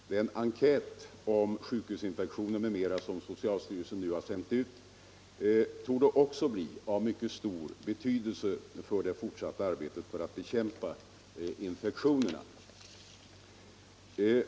Den enkät om sjukhusinfektioner m.m. som socialstyrelsen nu har sänt ut borde också bli av mycket stor betydelse för det fortsatta arbetet med att bekämpa infektionerna.